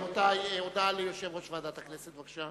רבותי, הודעה ליושב-ראש ועדת הכנסת, בבקשה,